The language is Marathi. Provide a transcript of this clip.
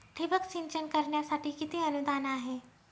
ठिबक सिंचन करण्यासाठी किती अनुदान आहे?